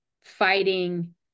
fighting